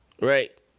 right